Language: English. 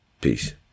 Peace